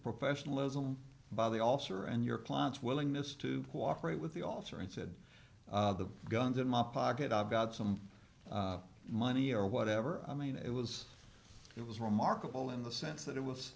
professionalism by the officer and your client's willingness to cooperate with the officer and said the guns in my pocket i've got some money or whatever i mean it was it was remarkable in the sense that it was